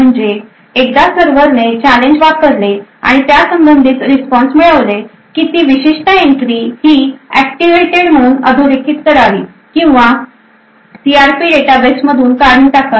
म्हणजे एकदा सर्व्हर ने चॅलेंज वापरले आणि त्यासंबंधित रिस्पॉन्स मिळवले कि ती विशिष्ट एन्ट्री ही ऍक्टिव्हेटड म्हणून अधोरेखित करावी किंवा सीआरपी डेटाबेस मधून काढून टाकावी